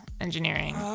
engineering